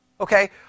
Okay